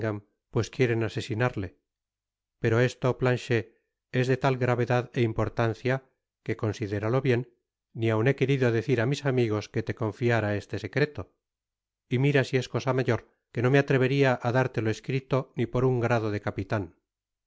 pues quieren asesinarle pero esto planchet es de tal gravedad é importancia que considéralo bien ni aun he querido decir á mis amigos que te confiára este secreto y mira si es cosa mayor que no me atrevería á dártelo escrito ni por un grado de capitan